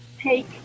take